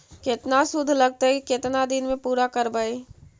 केतना शुद्ध लगतै केतना दिन में पुरा करबैय?